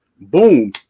boom